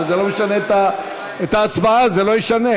אבל את ההצבעה זה לא ישנה.